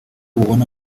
bubona